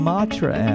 Matra